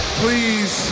please